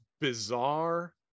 bizarre